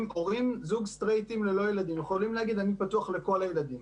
זוג סטרייטים ללא ילדים יכולים להגיד: אני פתוח לכל הילדים.